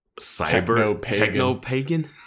cyber-techno-pagan